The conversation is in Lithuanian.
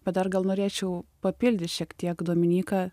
bet dar gal norėčiau papildyt šiek tiek dominyką